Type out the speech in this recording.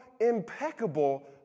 impeccable